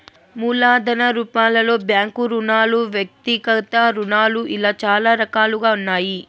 మూలధన రూపాలలో బ్యాంకు రుణాలు వ్యక్తిగత రుణాలు ఇలా చాలా రకాలుగా ఉన్నాయి